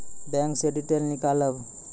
Bank से detail नीकालव?